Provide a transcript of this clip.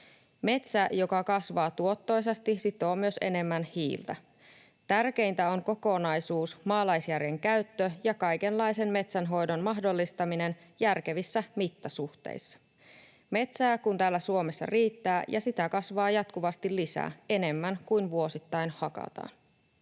Metsä, joka kasvaa tuottoisasti, sitoo myös enemmän hiiltä. Tärkeintä on kokonaisuus, maalaisjärjen käyttö ja kaikenlaisen metsänhoidon mahdollistaminen järkevissä mittasuhteissa. Metsää kun täällä Suomessa riittää, ja sitä kasvaa jatkuvasti lisää, enemmän kuin vuosittain hakataan.